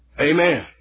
Amen